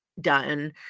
done